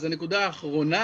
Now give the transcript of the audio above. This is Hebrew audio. אז הנקודה האחרונה,